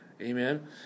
Amen